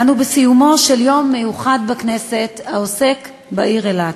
אנו בסיומו של יום מיוחד בכנסת העוסק בעיר אילת.